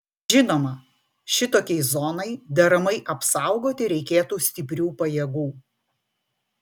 žinoma šitokiai zonai deramai apsaugoti reikėtų stiprių pajėgų